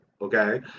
okay